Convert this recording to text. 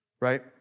right